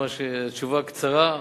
תשובה קצרה,